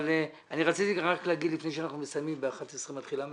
אבל אני רציתי רק להגיד לפני שאנחנו מסיימים ב-11:00 מתחילה המליאה,